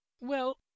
Well